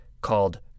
called